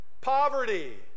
poverty